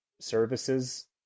services